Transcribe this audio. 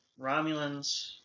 Romulans